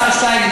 השר שטייניץ,